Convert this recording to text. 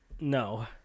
No